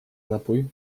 napój